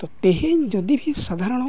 ᱛᱚ ᱛᱮᱦᱮᱧ ᱡᱩᱫᱤᱵᱷᱤ ᱥᱟᱫᱷᱟᱨᱚᱱᱚ